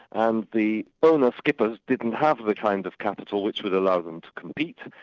and the owner-skippers didn't have the kind of capital which would allow them to compete,